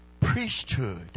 priesthood